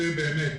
רוצה באמת